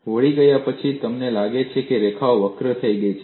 તે વળી ગયા પછી તમને લાગે છે કે આ રેખાઓ વક્ર થઈ ગઈ છે